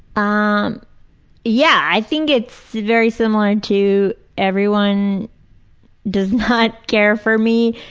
um yeah. i think it's very similar to everyone does not care for me.